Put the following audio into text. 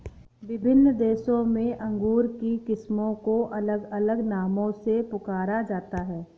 विभिन्न देशों में अंगूर की किस्मों को अलग अलग नामों से पुकारा जाता है